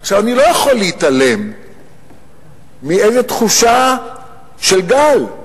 אני לא יכול להתעלם מאיזו תחושה של גל,